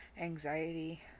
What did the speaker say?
Anxiety